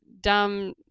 dumb